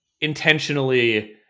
intentionally